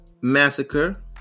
massacre